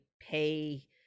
pay